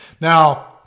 Now